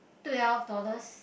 twelve dollars